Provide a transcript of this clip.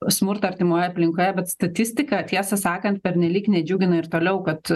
smurtą artimoje aplinkoje bet statistika tiesą sakant pernelyg nedžiugina ir toliau kad